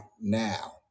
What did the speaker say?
now